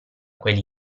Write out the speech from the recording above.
quelli